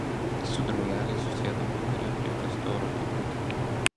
su draugeliais susėdom vakare prie kastioro pabūt